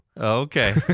Okay